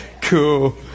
Cool